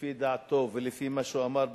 לפי דעתו ולפי מה שהוא אמר,